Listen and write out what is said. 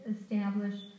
establish